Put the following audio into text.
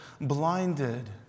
blinded